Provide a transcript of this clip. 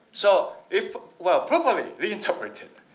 so if well properly re-interpreted